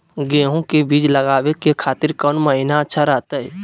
गेहूं के बीज लगावे के खातिर कौन महीना अच्छा रहतय?